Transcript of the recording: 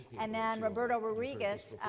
and then roberto rodriguez,